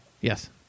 Yes